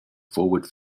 forward